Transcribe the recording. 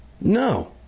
No